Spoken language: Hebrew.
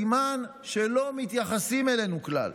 סימן שלא מתייחסים אלינו כלל.